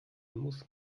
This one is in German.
muss